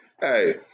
Hey